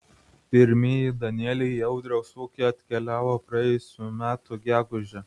pirmieji danieliai į audriaus ūkį atkeliavo praėjusių metų gegužę